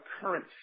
current